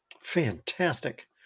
Fantastic